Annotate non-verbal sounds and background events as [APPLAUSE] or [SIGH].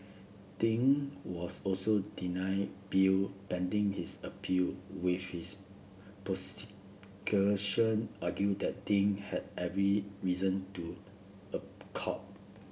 Ding was also denied bill pending his appeal with the [UNINTELLIGIBLE] argue that Ding had every reason to [UNINTELLIGIBLE]